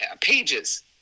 pages